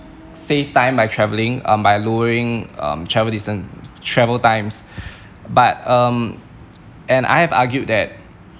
save time by travelling um by lowering um travel distance travel times but um and I have argued that